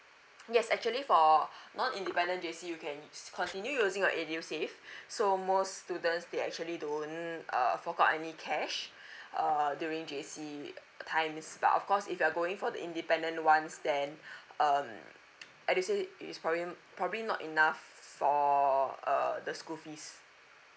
yes actually for non independent J_C you can continue using your edusave so most students they actually don't err fork out any cash uh during J_C times but of course if you are going for the independent ones then um edusave is probably probably not enough for err the school fees